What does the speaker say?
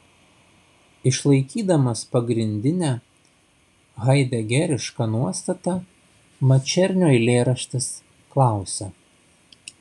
išlaikydamas pagrindinę haidegerišką nuostatą mačernio eilėraštis klausia